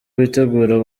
witegura